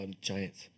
Giants